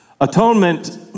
Atonement